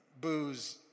booze